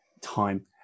time